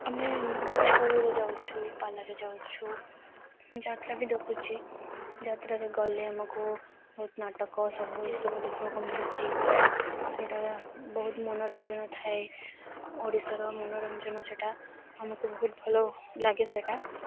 ଆମେ ଛଉରେ ଯାଉଛୁ ପାଲାରେ ଯାଉଛୁ ଯାତ୍ରା ବି ଦେଖୁଛି ଯାତ୍ରାରେ ଗଲେ ଆମକୁ ବହୁତ ନାଟକ ସବୁ ଏସବୁ ଦେଖିବାକୁ ମିଳୁଛି ସେଇଟା ବହୁତ ମନୋରଞ୍ଜନ ଥାଏ ଓଡ଼ିଶାର ମନୋରଞ୍ଜନ ସେଇଟା ଆମକୁ ବହୁତ ଭଲ ଲାଗେ ସେଇଟା